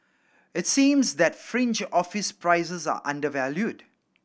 it seems that fringe office prices are undervalued